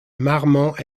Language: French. marmont